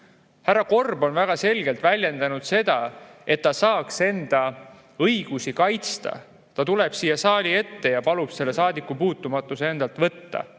Härra Korb on väga selgelt väljendanud seda, et ta saaks enda õigusi kaitsta, ta tuleb siia saali ette ja palub endalt saadikupuutumatuse ära võtta,